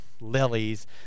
lilies